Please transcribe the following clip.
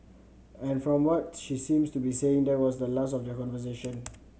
and from what she seems to be saying there was the last of their conversation